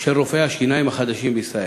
של רופאי השיניים החדשים בישראל.